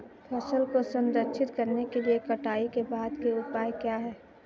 फसल को संरक्षित करने के लिए कटाई के बाद के उपाय क्या हैं?